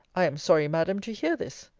i am sorry, madam, to hear this.